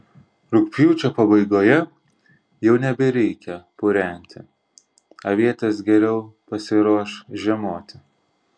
rugpjūčio pabaigoje jau nebereikia purenti avietės geriau pasiruoš žiemoti